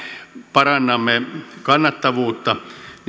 parannamme kannattavuutta